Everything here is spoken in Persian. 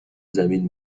زمین